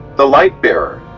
the light-bearer,